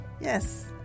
Yes